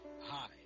Hi